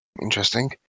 Interesting